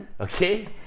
Okay